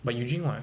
but you drink what